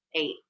eight